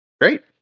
Great